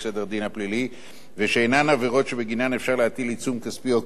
ושאינן עבירות שבגינן אפשר להטיל עיצום כספי או כופר.